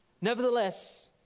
Nevertheless